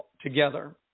together